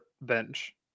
bench